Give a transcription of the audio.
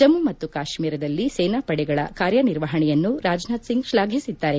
ಜಮ್ನು ಮತ್ತು ಕಾಶ್ನೀರದಲ್ಲಿ ಸೇನಾಪಡೆಗಳ ಕಾರ್ಯನಿರ್ವಹಣೆಯನ್ನು ರಾಜನಾಥ್ ಸಿಂಗ್ ಶ್ಲಾಫಿಸಿದ್ದಾರೆ